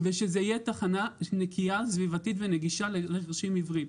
שזו תהיה תחנה נקייה סביבתית ונגישה לאנשים עיוורים